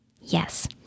Yes